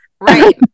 right